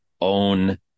own